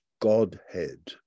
godhead